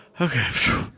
Okay